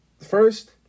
first